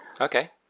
Okay